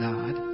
God